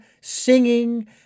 singing